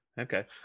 Okay